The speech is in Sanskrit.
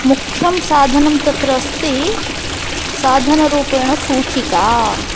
मुख्यं साधनं तत्र अस्ति साधनरूपेण सूचिका